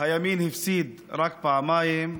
הימין הפסיד רק פעמיים,